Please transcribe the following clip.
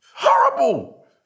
Horrible